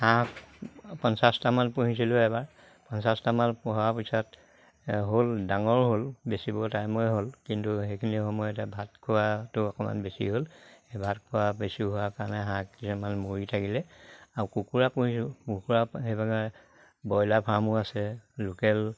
হাঁহ পঞ্চাছটামান পুহিছিলোঁ এবাৰ পঞ্চাছটামান পোহাৰ পিছত হ'ল ডাঙৰ হ'ল বেচিবৰ টাইমৰে হ'ল কিন্তু সেইখিনি সময়তে ভাত খোৱাটো অকণমান বেছি হ'ল ভাত খোৱা বেছি হোৱাৰ কাৰণে হাঁহ কিছুমান মৰি থাকিলে আৰু কুকুৰা পুহিছোঁ কুকুৰা সেইভাবে ব্ৰইলাৰ ফাৰ্মো আছে লোকেল